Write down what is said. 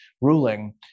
ruling